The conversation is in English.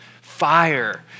fire